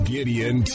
Gideon